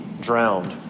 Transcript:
drowned